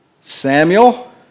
Samuel